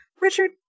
Richard